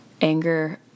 anger